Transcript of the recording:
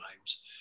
times